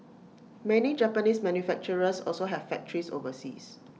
many Japanese manufacturers also have factories overseas